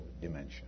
dimension